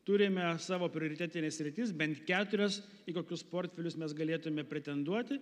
turime savo prioritetines sritis bent keturias kokius portfelius mes galėtume pretenduoti